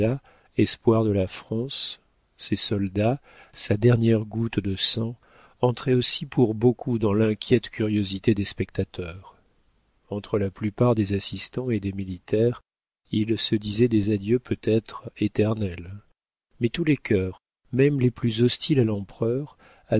espoir de la france ces soldats sa dernière goutte de sang entraient aussi pour beaucoup dans l'inquiète curiosité des spectateurs entre la plupart des assistants et des militaires il se disait des adieux peut-être éternels mais tous les cœurs même les plus hostiles à l'empereur